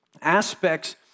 aspects